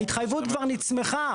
ההתחייבות כבר נחתמה.